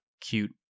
cute